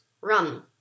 run